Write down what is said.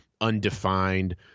undefined